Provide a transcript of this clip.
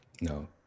no